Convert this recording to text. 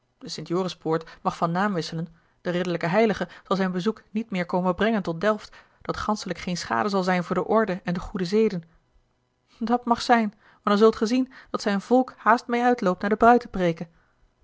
de st jorispoort mag van naam verwisselen de ridderlijke heilige zal zijn bezoek niet meer komen brengen tot delft dat ganschelijk geen schade zal zijn voor de orde en de goede zeden dat mag zijn maar dan zult ge zien dat zijn volk haast meê uitloopt naar de